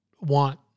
want